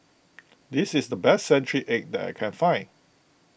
this is the best Century Egg that I can find